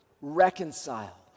reconcile